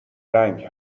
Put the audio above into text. رنگ